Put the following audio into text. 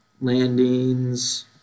landings